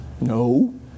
No